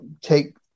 take